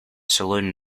saloon